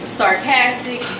sarcastic